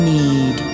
need